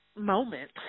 moment